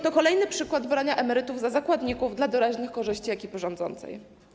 To kolejny przykład brania emerytów za zakładników dla doraźnych korzyści ekipy rządzącej.